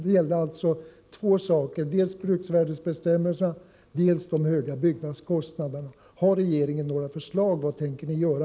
Det gällde alltså två saker: dels bruksvärdesbestämmelserna, dels de höga byggnadskostnaderna. Har regeringen några förslag? Vad tänker ni göra?